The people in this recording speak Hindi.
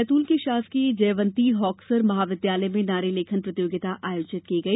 बैतूल के शासकीय जयवंती हॉक्सर महाविद्यालय में नारे लेखन प्रतियोगिता आयोजित की गई